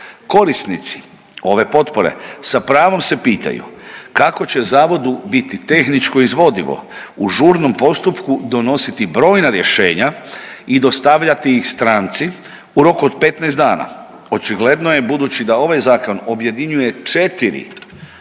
Korisnici ove potpore sa pravom se pitaju kako će Zavodu biti tehničko izvodivo u žurnom postupku donositi brojna rješenja i dostavljati ih stranci u roku od 15 dana. Očigledno je, budući da ovaj Zakon objedinjuje 4 prava od,